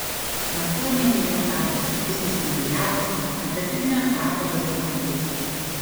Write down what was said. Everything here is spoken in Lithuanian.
macionienė juokavo kad jis nespinduliavo metafizinio tvarto biosrovių